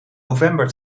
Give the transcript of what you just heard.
november